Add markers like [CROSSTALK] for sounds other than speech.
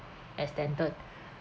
extended [BREATH]